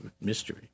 mystery